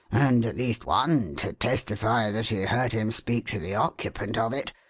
and at least one to testify that he heard him speak to the occupant of it,